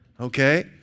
okay